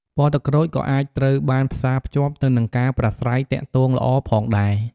ពណ៌ទឹកក្រូចក៏អាចត្រូវបានផ្សារភ្ជាប់ទៅនឹងការប្រាស្រ័យទាក់ទងល្អផងដែរ។